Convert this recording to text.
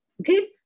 Okay